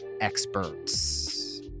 experts